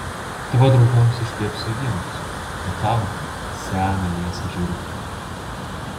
tavo draugams iškepsiu avienos o tau seną liesą žiurkę